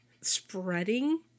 spreading